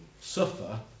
suffer